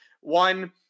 one